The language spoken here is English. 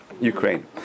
Ukraine